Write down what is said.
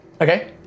Okay